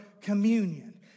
communion